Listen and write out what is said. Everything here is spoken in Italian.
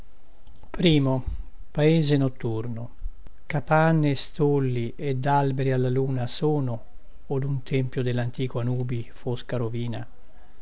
aspettano laurora capanne e stolli ed alberi alla luna sono od un tempio dellantico anubi fosca rovina